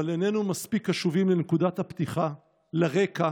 אבל איננו מספיק קשובים לנקודת הפתיחה, לרקע